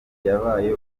yabaye